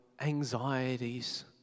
anxieties